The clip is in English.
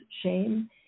shame